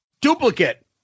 Duplicate